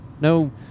No